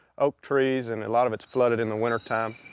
oak trees and a lot of it's flooded in the wintertime.